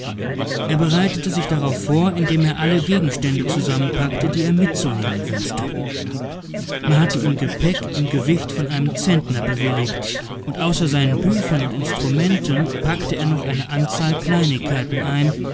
er bereitete sich darauf vor indem er alle gegenstände zusammenpackte die er mitzunehmen wünschte man hatte ihm gepäck im gewicht von einem zentner bewilligt und außer seinen büchern und instrumenten packte er noch eine anzahl kleinigkeiten ein